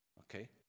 okay